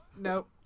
Nope